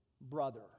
brother